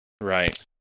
Right